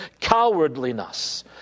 cowardliness